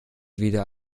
wieder